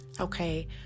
okay